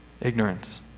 Ignorance